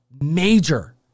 major